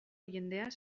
jendeaz